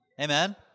Amen